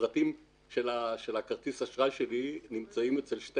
הפרטים של כרטיס האשראי שלי נמצאים אצל שתי